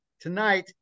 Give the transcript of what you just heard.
tonight